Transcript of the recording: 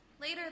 later